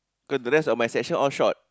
cause the rest of my section all short